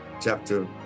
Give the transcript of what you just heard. chapter